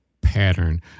pattern